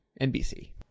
nbc